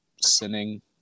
sinning